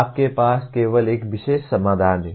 आपके पास केवल एक विशेष समाधान है